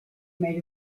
made